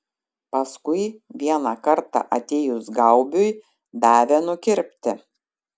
paskui vieną kartą atėjus gaubiui davė nukirpti